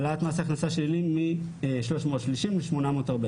העלאת מס הכנסה שלילי מ-330 ל-840,